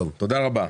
תודה רבה.